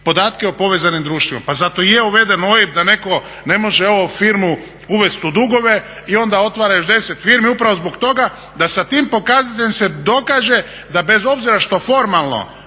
podatke o povezanim društvima pa zato i je uveden OIB da neko ne može ovu firmu uvesti u dugovi i onda otvara još deset firmi, upravo zbog toga da sa tim pokazateljem se dokaže da bez obzira što formalno